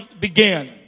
began